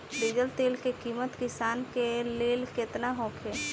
Diesel तेल के किमत किसान के लेल केतना होखे?